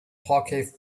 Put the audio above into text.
parquet